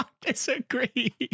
disagree